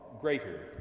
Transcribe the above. greater